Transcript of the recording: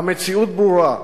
המציאות ברורה.